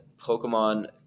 Pokemon